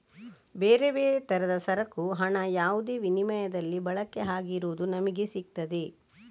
ಬೇರೆ ಬೇರೆ ತರದ ಸರಕು ಹಣ ಯಾವುದೇ ವಿನಿಮಯದಲ್ಲಿ ಬಳಕೆ ಆಗಿರುವುದು ನಮಿಗೆ ಸಿಗ್ತದೆ